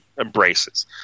embraces